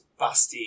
busty